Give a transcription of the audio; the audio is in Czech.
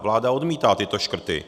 Vláda odmítá tyto škrty.